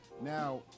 Now